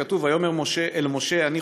וכתוב: ויאמר אל משה: אני,